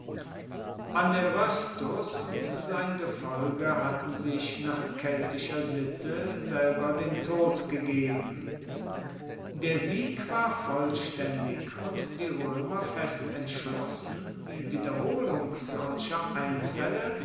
aneroestus und sein gefolge hatten sich nach keltischer sitte selber den tod gegeben der sieg war vollstaendig und die roemer fest entschlossen die wiederholung solcher einfaelle